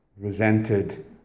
resented